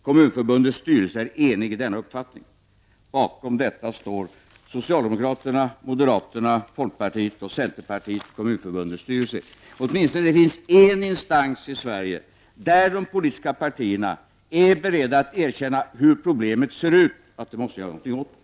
Kommunförbundets styrelse är enig i denna uppfattning.” Bakom detta uttalande står socialdemokraterna, moderaterna, folkpartiet, centerpartiet och Kommunförbundets styrelse. Det finns åtminstone en instans i Sverige där de politiska partierna är beredda att erkänna hur problemet ser ut och att vi måste göra någonting åt det.